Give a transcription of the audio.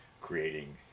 creating